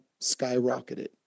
skyrocketed